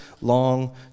long